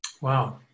Wow